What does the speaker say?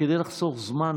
כדי לחסוך זמן,